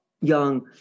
young